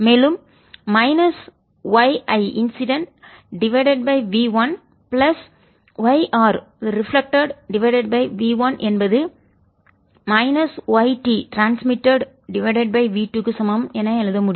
மேலும் minus y I incident V 1 plus yRரிஃப்ளெக்ட்டட் V1 என்பது மைனஸ் yTட்ரான்ஸ்மிட்டட்V2 க்கு சமம் என எழுத முடியும்